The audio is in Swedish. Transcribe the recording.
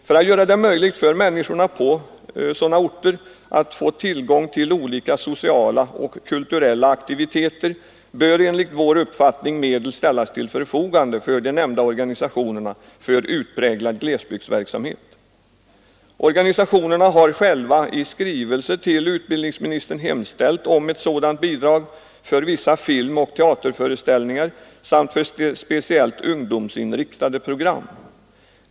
För att göra det möjligt för människorna på sådana orter att få tillgång till olika sociala och kulturella aktiviteter bör enligt vår uppfattning medel ställas till förfogande för de nämnda organisationerna för utpräglad glesbygdsverksamhet. Organisationerna har själva i skrivelse till utbildningsministern hemställt om ett sådant bidrag för vissa filmoch teaterföreställningar samt för speciellt ungdomsinriktade program.